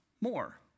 more